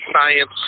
science